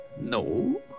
No